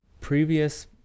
previous